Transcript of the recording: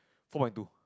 four point two